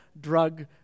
Drug